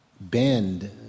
bend